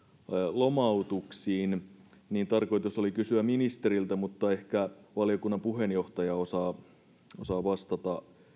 lomautuksiin niin tarkoitus oli kysyä ministeriltä mutta ehkä valiokunnan puheenjohtaja osaa vastata